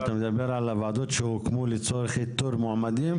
אתה מדבר על הוועדות שהוקמו לצורך איתור מועמדים?